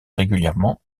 régulièrement